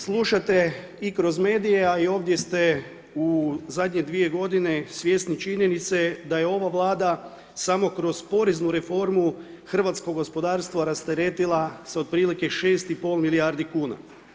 Slušate i kroz medije a i ovdje ste u zadnje dvije godine svjesni činjenice da je ova Vlada samo kroz poreznu reformu hrvatskog gospodarstvo rasteretila sa otprilike 6,5 milijardi kuna.